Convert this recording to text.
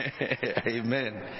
amen